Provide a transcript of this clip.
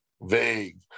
vague